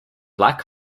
black